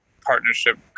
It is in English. partnership